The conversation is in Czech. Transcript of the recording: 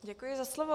Děkuji za slovo.